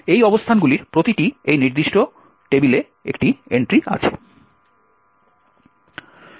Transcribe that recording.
এই অবস্থানগুলির প্রতিটি এই নির্দিষ্ট টেবিলে একটি এন্ট্রি আছে